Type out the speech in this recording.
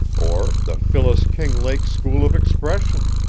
or the phyllis kinglake school of expression,